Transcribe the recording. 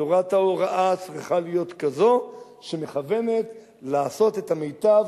תורת ההוראה צריכה להיות כזאת שמכוונת לעשות את המיטב,